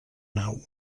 nau